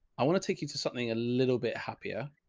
i want to take you to something a little bit happier.